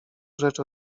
rzecz